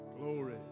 Glory